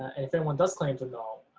and if anyone does claim to know,